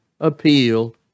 appeal